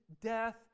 death